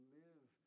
live